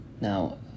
Now